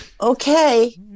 okay